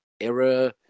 error